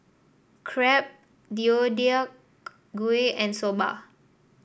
Crepe Deodeok Gui and Soba